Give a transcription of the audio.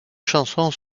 chansons